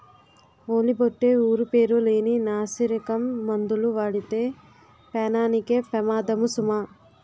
ఓలి బొట్టే ఊరు పేరు లేని నాసిరకం మందులు వాడితే పేనానికే పెమాదము సుమా